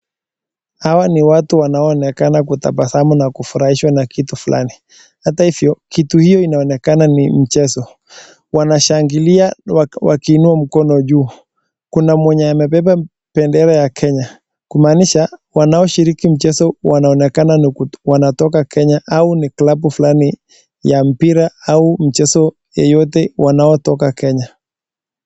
Hawa ni watu wanaoonekana kutabasamu na kufurahishwa na kitu fulani. Hata hivyo, kitu hiyo inaonekana ni mchezo. Wanashangilia wakiinua mkono juu. Kuna mwenye amebeba bendera ya Kenya kumaanisha, wanaoshiriki mchezo wanaonekana wanatoka Kenya au ni klabu fulani ya mpira au mchezo yoyote, wanaotoka Kenya.